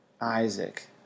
Isaac